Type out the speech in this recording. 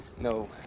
No